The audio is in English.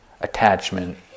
attachment